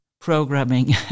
programming